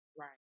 Right